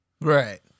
Right